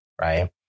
Right